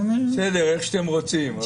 בסדר, איך שאתם רוצים.